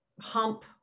hump